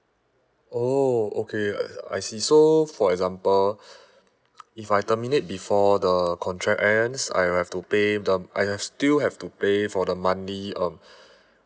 oh okay I I see so for example if I terminate before the contract ends I will have to pay the I have still have to pay for the monthly um